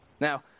Now